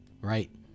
Right